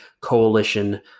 coalition